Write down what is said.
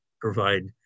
provide